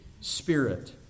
Spirit